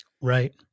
Right